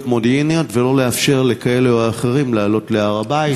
מודיעיניות ולא לאפשר לכאלה או אחרים לעלות להר-הבית.